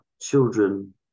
children